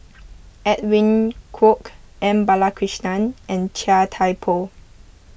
Edwin Koek M Balakrishnan and Chia Thye Poh